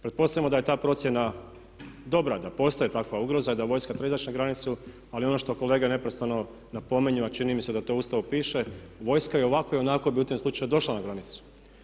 Pretpostavimo da je ta procjena dobra, da postoji takva ugroza i da vojska treba izaći na granicu ali ono što kolege neprestano napominju, a čini mi se da to u Ustavu piše vojska i ovako i onako bi u tim slučajevima došla na granicu.